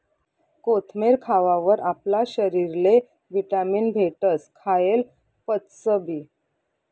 कोथमेर खावावर आपला शरीरले व्हिटॅमीन भेटस, खायेल पचसबी